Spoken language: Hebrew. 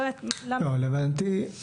לא רלוונטי.